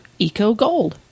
EcoGold